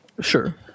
Sure